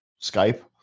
Skype